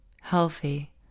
healthy